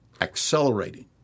accelerating